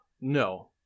no